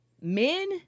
men